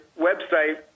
website